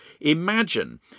imagine